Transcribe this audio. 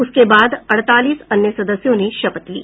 उसके बाद अड़तालीस अन्य सदस्यों ने शपथ ली